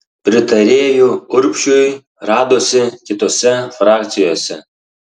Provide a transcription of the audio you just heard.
pritarėjų urbšiui radosi kitose frakcijose